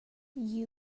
you